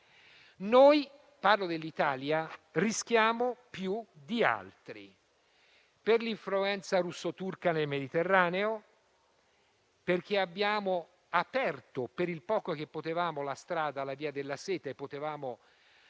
Noi - parlo dell'Italia - rischiamo più di altri, per l'influenza russo-turca nel Mediterraneo, perché abbiamo aperto, per il poco che potevamo, la strada alla via della seta - e potevamo